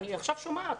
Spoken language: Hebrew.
עכשיו אני שומעת.